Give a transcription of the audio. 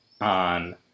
on